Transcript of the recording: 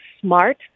smart